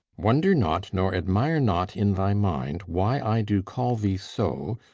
wonder not, nor admire not in thy mind, why i do call thee so,